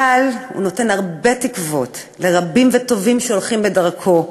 אבל הוא נותן הרבה תקוות לרבים וטובים שהולכים בדרכו.